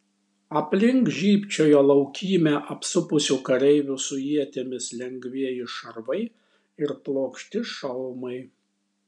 aplink žybčiojo laukymę apsupusių kareivių su ietimis lengvieji šarvai ir plokšti šalmai